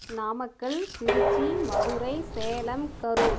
Namakkal Tiruchi Madurai Salem Karur